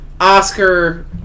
Oscar